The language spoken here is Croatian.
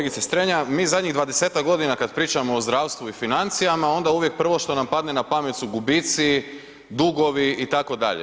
Kolegice Strenja, mi zadnjih 20-tak godina kad pričamo o zdravstvu i financijama, onda uvijek prvo što nam padne na pamet su gubitci, dugovi, itd.